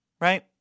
Right